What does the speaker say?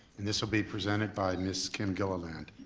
and this will be presented by ms. kim gilliland.